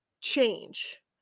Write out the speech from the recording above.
change